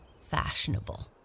fashionable